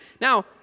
Now